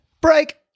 Break